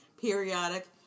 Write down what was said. Periodic